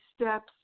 steps